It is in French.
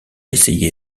essayé